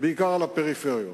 בעיקר הפריפריה,